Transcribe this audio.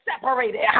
separated